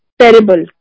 terrible